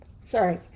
Sorry